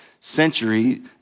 century